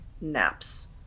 naps